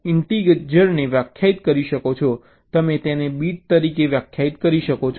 તેથી તમે ઇન્ટીગરને વ્યાખ્યાયિત કરી શકો છો તમે તેને બીટ તરીકે વ્યાખ્યાયિત કરી શકો છો